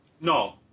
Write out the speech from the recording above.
No